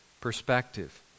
perspective